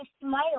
smile